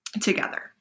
together